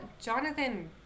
Jonathan